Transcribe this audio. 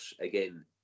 again